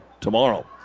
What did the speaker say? tomorrow